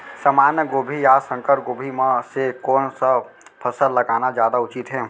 सामान्य गोभी या संकर गोभी म से कोन स फसल लगाना जादा उचित हे?